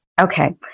Okay